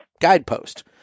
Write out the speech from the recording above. guidepost